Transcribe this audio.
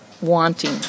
wanting